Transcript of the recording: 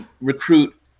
recruit